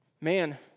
man